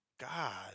God